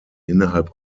innerhalb